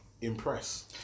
impress